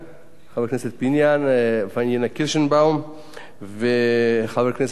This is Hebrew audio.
חברת הכנסת פאינה קירשנבאום וחבר הכנסת גפני,